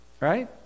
right